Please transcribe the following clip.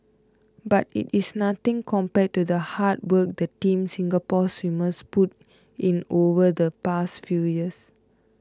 but it is nothing compared to the hard work the Team Singapore swimmers put in over the past few years